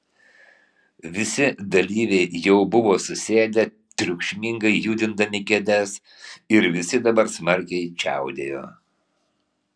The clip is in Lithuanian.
visi dalyviai jau buvo susėdę triukšmingai judindami kėdes ir visi dabar smarkiai čiaudėjo